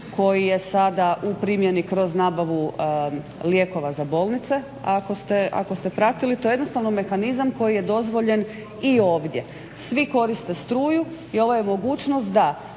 koji je sada u primjeni kroz nabavu lijekova za bolnice, ako ste pratili, to je jednostavno mehanizam koji je dozvoljen i ovdje. Svi koriste struju i ovo je mogućnost da